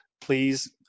please